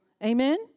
Amen